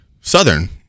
Southern